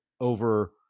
over